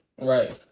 right